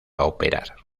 operar